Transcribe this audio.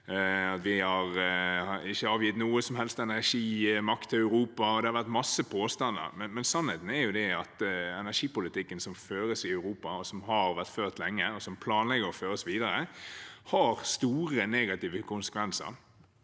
heller ikke avgitt noen som helst energimakt til Europa. Det har altså vært mange påstander, men sannheten er at energipolitikken som føres i Europa – og som har vært ført lenge, og som er planlagt å føres videre – har store og negative konsekvenser